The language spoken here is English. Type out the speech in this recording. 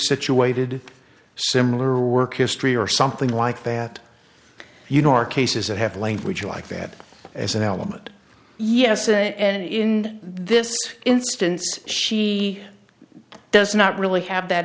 situated similar work history or something like that you know are cases that have language like that as an element yes and in this instance she does not really have that